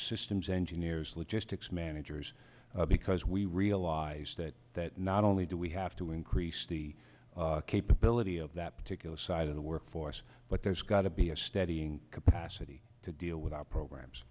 systems engineers logistics managers because we realized that not only do we have to increase the capability of that particular side of the workforce but there's got to be a steadying capacity to deal with our programs